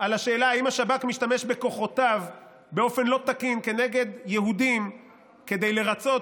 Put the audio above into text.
בשאלה אם השב"כ משתמש בכוחותיו באופן לא תקין כנגד יהודים כדי לרצות,